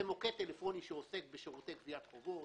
זה מוקד טלפוני שעוסק בשירותי גביית חובות.